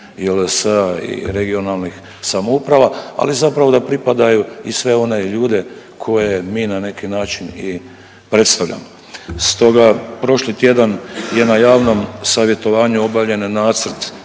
JLS-a i regionalnih samouprava, ali zapravo da pripadaju i one ljude koje mi na neki način i predstavljamo. Stoga prošli tjedan je na javnom savjetovanju objavljen nacrt